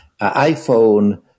iPhone